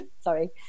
sorry